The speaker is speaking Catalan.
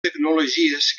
tecnologies